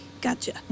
gotcha